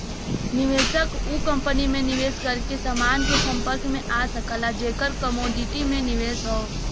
निवेशक उ कंपनी में निवेश करके समान के संपर्क में आ सकला जेकर कमोडिटी में निवेश हौ